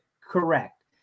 correct